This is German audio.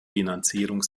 finanzierung